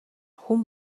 хүн